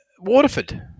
Waterford